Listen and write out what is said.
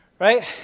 Right